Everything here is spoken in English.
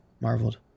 marveled